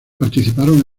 participaron